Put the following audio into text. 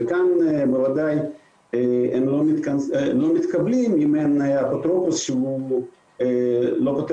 ולכאן בוודאי הם לא מתקבלים אם אין אפוטרופוס שהוא לא פותר